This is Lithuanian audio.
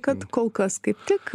kad kol kas kaip tik